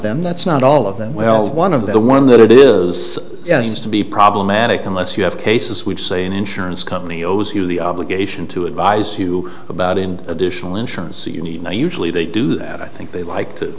them that's not all of them well one of the one that it is to be problematic unless you have cases which say an insurance company owes you the obligation to advise you about in additional insurance you need now usually they do that i think they like to